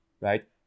right